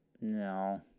no